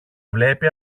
βλέπει